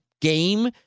game